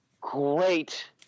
great